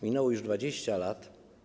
Minęło już 20 lat.